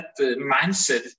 mindset